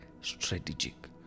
strategic